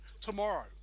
tomorrow